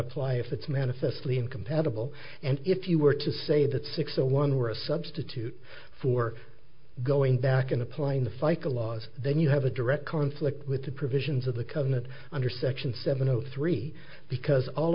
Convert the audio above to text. apply if that's manifestly incompatible and if you were to say that six to one were a substitute for going back and applying the fica laws then you have a direct conflict with the provisions of the covenant under section seven zero three because all